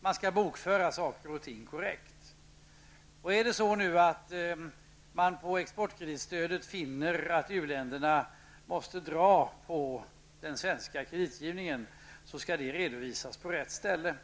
man skall bokföra saker och ting korrekt. Finner man på Exportkreditnämnden att u-länderna måste dra på den svenska kreditgivningen, skall det redovisas på rätt ställe.